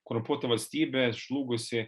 korumpuota valstybė žlugusi